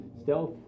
stealth